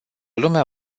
lumea